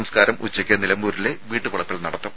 സംസ്കാരം ഉച്ചയ്ക്ക് നിലമ്പൂരിലെ വീട്ടുവളപ്പിൽ നടത്തും